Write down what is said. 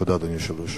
תודה, אדוני היושב-ראש.